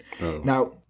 Now